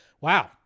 Wow